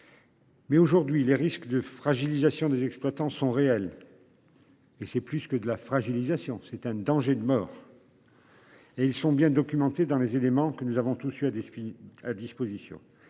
Mais aujourd'hui les risques de fragilisation des exploitants sont réels. Et c'est plus que de la fragilisation, c'est un danger de mort. Et ils sont bien documentés dans les éléments que nous avons tous sur des skis